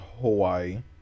Hawaii